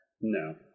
No